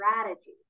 strategy